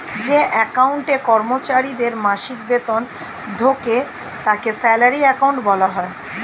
যে অ্যাকাউন্টে কর্মচারীদের মাসিক বেতন ঢোকে তাকে স্যালারি অ্যাকাউন্ট বলা হয়